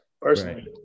personally